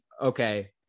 okay